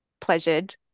pleasured